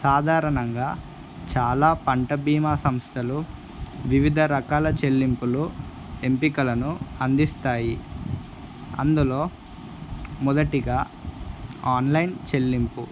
సాధారణంగా చాలా పంట బీమా సంస్థలు వివిధ రకాల చెల్లింపులు ఎంపికలను అందిస్తాయి అందులో మొదటిగా ఆన్లైన్ చెల్లింపు